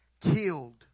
killed